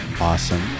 awesome